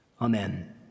Amen